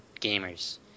gamers